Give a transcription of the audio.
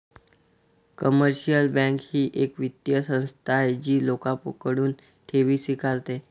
commercial bank ही एक वित्तीय संस्था आहे जी लोकांकडून ठेवी स्वीकारते